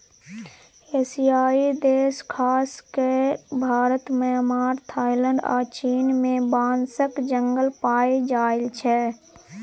एशियाई देश खास कए भारत, म्यांमार, थाइलैंड आ चीन मे बाँसक जंगल पाएल जाइ छै